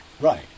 Right